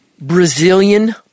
Brazilian